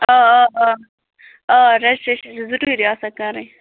آ آ آ آ ریجِسٹرٛیشٮ۪ن چھِ ضوٚروٗری آسان کَرٕنۍ